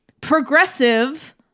progressive